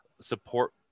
support